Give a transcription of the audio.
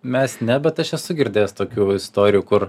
mes ne bet aš esu girdėjęs tokių istorijų kur